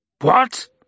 What